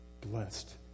blessed